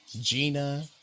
Gina